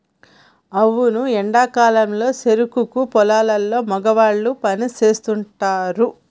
అవును ఎండా కాలంలో సెరుకు పొలాల్లో మగవాళ్ళు పని సేస్తుంటారు